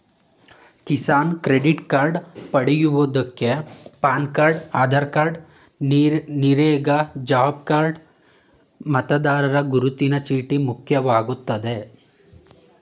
Kisan credit card ಪಡ್ಯೋಕೆ PAN card Aadhaar card NREGA job card ಮತದಾರರ ಗುರುತಿನ ಚೀಟಿ ಮುಖ್ಯವಾಗಯ್ತೆ